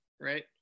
right